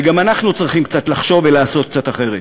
גם אנחנו צריכים קצת לחשוב ולעשות קצת אחרת.